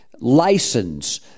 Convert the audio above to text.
license